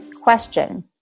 question